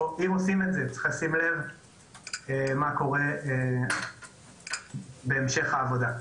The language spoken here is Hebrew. ואם עושים את זה צריך לשים לב מה קורה בהמשך העבודה.